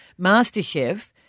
MasterChef